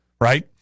right